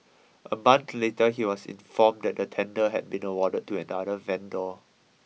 a month later he was informed that the tender had been awarded to another vendor